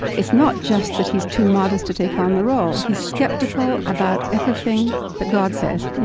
it's not just that he's too modest to take on the role. he's skeptical about everything that god says.